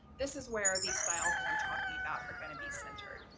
this is where these styles that i'm talking about are going to be centered.